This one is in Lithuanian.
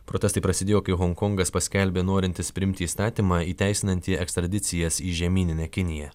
protestai prasidėjo kai honkongas paskelbė norintis priimti įstatymą įteisinantį ekstradicijas į žemyninę kiniją